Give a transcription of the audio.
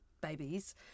babies